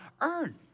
earn